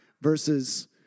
Versus